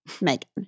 Megan